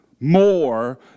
more